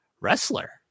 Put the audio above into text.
wrestler